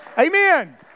amen